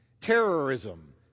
terrorism